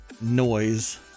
noise